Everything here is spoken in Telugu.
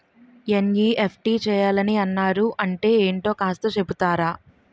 ఎన్.ఈ.ఎఫ్.టి చేయాలని అన్నారు అంటే ఏంటో కాస్త చెపుతారా?